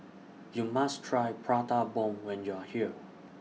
YOU must Try Prata Bomb when YOU Are here